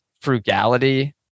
frugality